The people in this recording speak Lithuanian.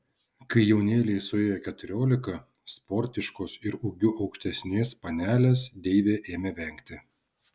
kai jaunėlei suėjo keturiolika sportiškos ir ūgiu aukštesnės panelės deivė ėmė vengti